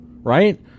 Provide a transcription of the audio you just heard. Right